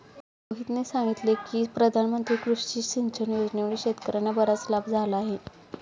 रोहितने सांगितले की प्रधानमंत्री कृषी सिंचन योजनेमुळे शेतकर्यांना बराच लाभ झाला आहे